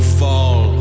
fall